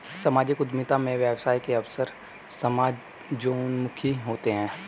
सामाजिक उद्यमिता में व्यवसाय के अवसर समाजोन्मुखी होते हैं